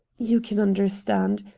you can understand.